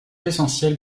essentiel